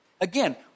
Again